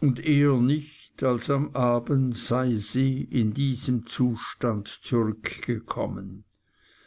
und eher nicht als am abend sei sie in diesem zustand zurückgekommen